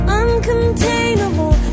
uncontainable